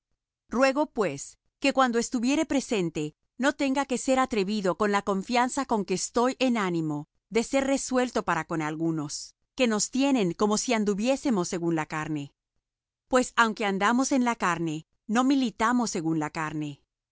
ruego pues que cuando estuviere presente no tenga que ser atrevido con la confianza con que estoy en ánimo de ser resuelto para con algunos que nos tienen como si anduviésemos según la carne pues aunque andamos en la carne no militamos según la carne